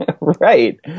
Right